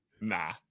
Nah